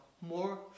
more